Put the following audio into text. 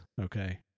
okay